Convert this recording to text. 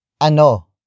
ano